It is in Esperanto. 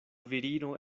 virino